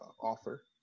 offer